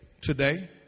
today